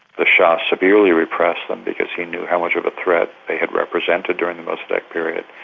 the shah severely repressed them because he knew how much of a threat they had represented during the mossadeq period.